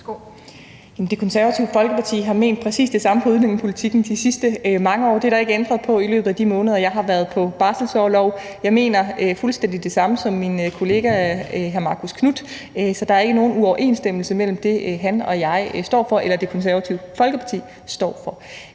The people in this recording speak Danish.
Det Konservative Folkeparti har ment præcis det samme på udlændingepolitikken de sidste mange år. Det er der ikke ændret på i løbet af de måneder, jeg har været på barselsorlov. Jeg mener fuldstændig det samme som min kollega hr. Marcus Knuth, så der er ikke nogen uoverensstemmelse mellem det, han og jeg eller Det Konservative Folkeparti står for.